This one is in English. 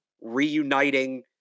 Reuniting